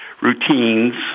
routines